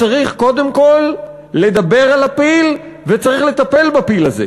צריך קודם כול לדבר על הפיל וצריך לטפל בפיל הזה,